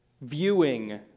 viewing